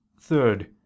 third